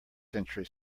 century